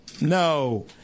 No